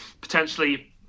potentially